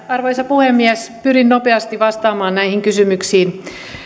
arvoisa puhemies pyrin nopeasti vastaamaan näihin kysymyksiin